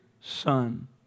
Son